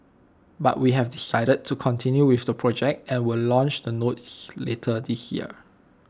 but we have decided to continue with the project and will launch the notes later this year